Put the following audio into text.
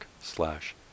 slash